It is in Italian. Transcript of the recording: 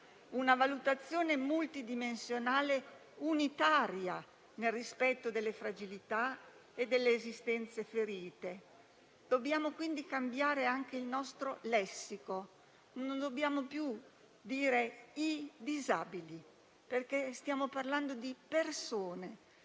una valutazione multidimensionale unitaria, nel rispetto delle fragilità e delle esistenze ferite. Dobbiamo, quindi, cambiare anche il nostro lessico. Non dobbiamo più dire «i disabili», perché stiamo parlando di persone,